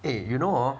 eh you know